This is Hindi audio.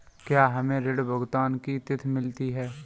क्या हमें ऋण भुगतान की तिथि मिलती है?